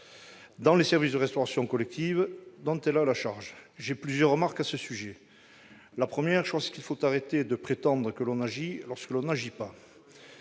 dans les services de restauration collective dont elles ont la charge. Je formulerai plusieurs remarques à ce sujet. Premièrement, il faut cesser de prétendre que l'on agit lorsque l'on n'agit pas.